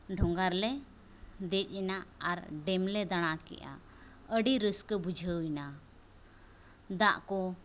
ᱰᱷᱚᱸᱜᱟᱨᱮᱞᱮ ᱫᱮᱡᱮᱱᱟ ᱟᱨ ᱰᱮᱢᱞᱮ ᱫᱟᱬᱟᱠᱮᱫᱼᱟ ᱟᱹᱰᱤ ᱨᱟᱹᱥᱠᱟᱹ ᱵᱩᱡᱷᱟᱹᱣᱮᱱᱟ ᱫᱟᱜᱠᱚ